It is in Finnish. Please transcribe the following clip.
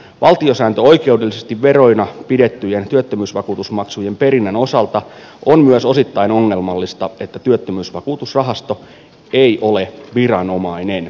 valtiosääntöoikeudellisesti veroina pidettyjen työttömyysvakuutusmaksujen perinnän osalta on myös osittain ongelmallista että työttömyysvakuutusrahasto ei ole viranomainen